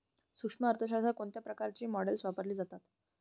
सूक्ष्म अर्थशास्त्रात कोणत्या प्रकारची मॉडेल्स वापरली जातात?